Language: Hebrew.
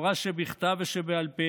התורה שבכתב ושבעל פה,